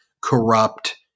corrupt